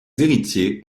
héritiers